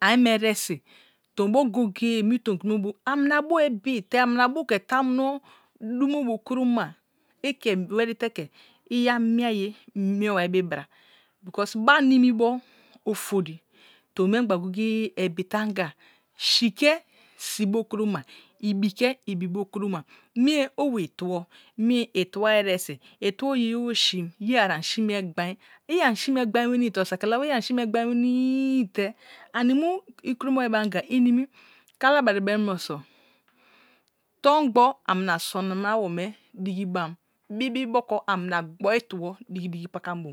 ane me exesi tombo goye gaye mi tombisi mu ami na bu ebi te amına bu ke tamumo dimo bu kuroma ike weri te he ya mie ayi mee was bon because bi banimibo-ofori tomi memigba goye goye ebi te anga si̱ tre si bu kurima ibi ke ibi bu kuro ma mie own itubo mie itua eteri itus yeye owu si̱ ye arani si̱ me gbai ani si̱ gbar wens two sutar laba? I ani si̱ gbai wenii te ani mue ikuro ma wai anga niaui? Kalabari bem munoso tombo amina sọnọma awome digi bam bibi botro amina ghor anlas digi pakambo